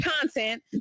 content